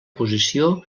posició